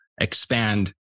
expand